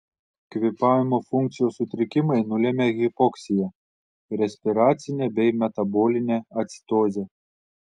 kvėpavimo funkcijos sutrikimai nulemia hipoksiją respiracinę bei metabolinę acidozę